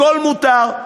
הכול מותר,